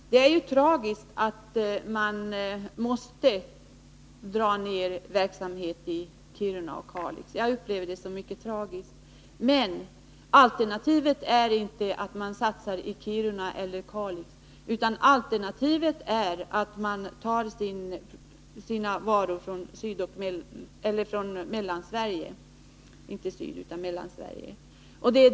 Fru talman! Det är tragiskt att man måste dra ner verksamheten i Kiruna och Kalix. Men alternativet är inte att man satsar i Kiruna eller Kalix, utan alternativet är att man tar varorna från Mellansverige.